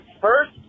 first